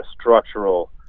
structural